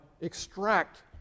extract